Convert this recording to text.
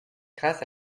grâce